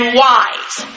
wise